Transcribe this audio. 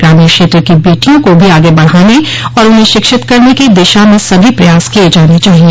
ग्रामीण क्षेत्र की बेटियों को भी आगे बढ़ाने और उन्हें शिक्षित करने की दिशा में सभी प्रयास किये जाने चाहिए